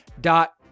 dot